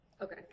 Okay